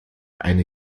eine